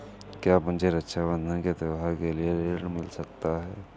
क्या मुझे रक्षाबंधन के त्योहार के लिए ऋण मिल सकता है?